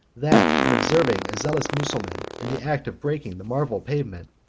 that on observing a zealous mussulman in the act of breaking the marble pavement,